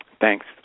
Thanks